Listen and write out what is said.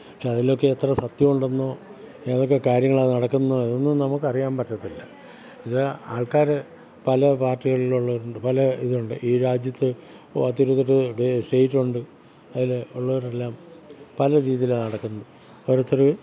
പക്ഷെ അതിലൊക്കെ എത്ര സത്യമുണ്ടെന്നോ ഏതൊക്കെ കാര്യങ്ങളാണ് നടക്കുന്നത് എന്ന് നമുക്കറിയാൻ പറ്റത്തില്ല ഇത് ആൾക്കാർ പല പാർട്ടികളിൽ ഉള്ളവരുണ്ട് പല ഇതുണ്ട് ഈ രാജ്യത്ത് പത്തിരുപത്തെട്ട് സ്റ്റേറ്റുണ്ട് അതിൽ ഉള്ളവരെല്ലാം പല രീതിയിലാണ് നടക്കുന്നത് ഓരോരുത്തർ